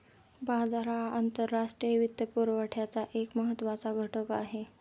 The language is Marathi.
बाजार हा आंतरराष्ट्रीय वित्तपुरवठ्याचा एक महत्त्वाचा घटक आहे